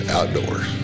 Outdoors